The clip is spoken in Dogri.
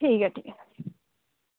ठीक ऐ ठीक ऐ